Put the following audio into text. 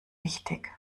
wichtig